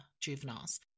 juveniles